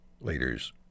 leaders